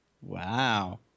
Wow